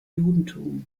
judentum